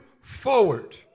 forward